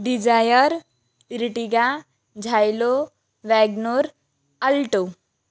Dzire Ertiga Xylo Wagon R Alto